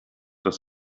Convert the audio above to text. dass